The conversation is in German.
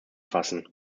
fassen